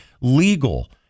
legal